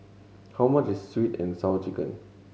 how much is Sweet And Sour Chicken